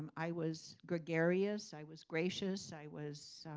i was gregarious. i was gracious. i was